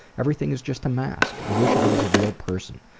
everything is just a mask. i wish i was a real person.